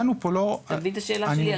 אתה מבין את השאלה שלי,